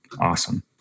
awesome